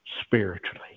spiritually